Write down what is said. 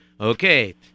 okay